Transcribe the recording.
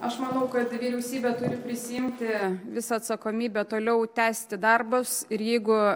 aš manau kad vyriausybė turi prisiimti visą atsakomybę toliau tęsti darbus ir jeigu